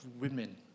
women